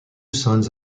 sons